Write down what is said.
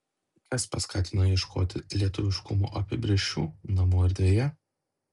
kas paskatino ieškoti lietuviškumo apibrėžčių namų erdvėje